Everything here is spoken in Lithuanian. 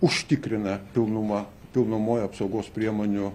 užtikrina pilnumą pilnumoj apsaugos priemonių